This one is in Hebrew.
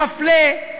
מפלה,